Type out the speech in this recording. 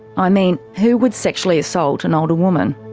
i mean who would sexually assault an older woman?